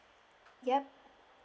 yup